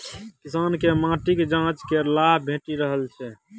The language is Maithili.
किसानकेँ माटिक जांच केर लाभ भेटि रहल छै